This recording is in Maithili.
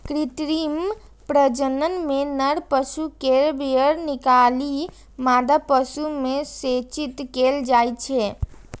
कृत्रिम प्रजनन मे नर पशु केर वीर्य निकालि मादा पशु मे सेचित कैल जाइ छै